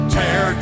tear